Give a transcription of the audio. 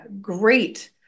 great